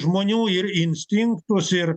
žmonių ir instinktus ir